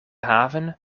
haven